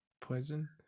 poison